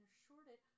shorted